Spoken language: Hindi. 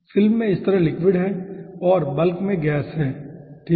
फिल्म में इस तरफ लिक्विड है और बल्क में गैस है ठीक है